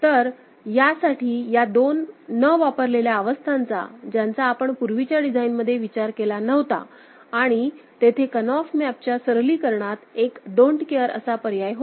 तर यासाठी या दोन न वापरलेल्या अवस्थांचा ज्यांचा आपण पूर्वीच्या डिझाइनमध्ये विचार केला नव्हता आणि तेथे कनाफ मॅप च्या सरलीकरणात एक डोन्ट केअर don't care असा पर्याय होता